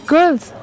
Girls